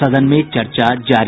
सदन में चर्चा जारी